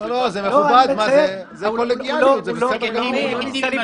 יראו את מי שקיבל ציון של 50 אחוזים" -- הוספנו את המילה